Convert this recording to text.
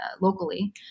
locally